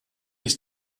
ist